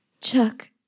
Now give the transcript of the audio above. Chuck